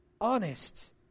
honest